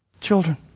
Children